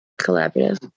collaborative